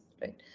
right